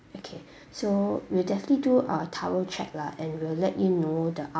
okay so we'll definitely do a thorough check lah and will let you know the